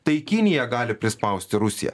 tai kinija gali prispausti rusiją